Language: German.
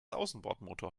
außenbordmotor